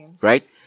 right